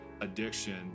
addiction